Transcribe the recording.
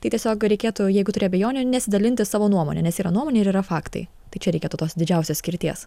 tai tiesiog reikėtų jeigu turi abejonių nesidalinti savo nuomone nes yra nuomonė ir yra faktai tai čia reikėtų tos didžiausios skirties